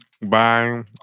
Bye